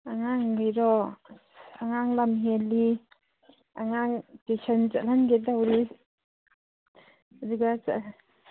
ꯑꯉꯥꯡꯒꯩꯗꯣ ꯑꯉꯥꯡ ꯂꯝ ꯍꯦꯜꯂꯤ ꯑꯉꯥꯡ ꯇꯨꯏꯁꯟ ꯆꯠꯍꯟꯒꯦ ꯇꯧꯔꯤ ꯑꯗꯨꯒ